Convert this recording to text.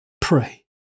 pray